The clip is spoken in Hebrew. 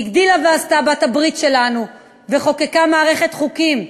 הגדילה ועשתה בעלת-הברית שלנו וחוקקה מערכת חוקים,